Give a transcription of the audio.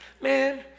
Man